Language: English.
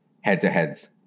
head-to-heads